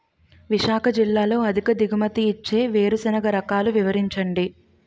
విశాఖ జిల్లాలో అధిక దిగుమతి ఇచ్చే వేరుసెనగ రకాలు వివరించండి?